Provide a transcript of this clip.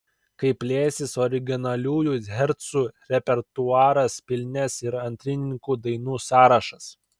kai plėsis originaliųjų hercų repertuaras pilnės ir antrininkų dainų sąrašas